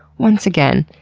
once again,